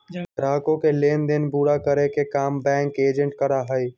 ग्राहकों के लेन देन पूरा करे के काम बैंक एजेंट करा हई